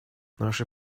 наши